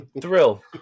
Thrill